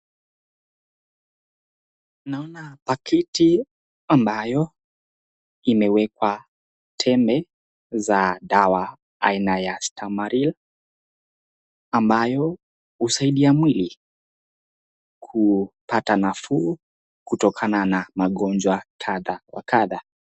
Naona pakiti ambayo imewekwa tembe za dawa aina ya stameril, ambayo husaidia mwili kupata nafuu kutokana na magonjwa kadha wa kadha.